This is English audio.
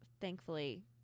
thankfully